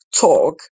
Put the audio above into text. talk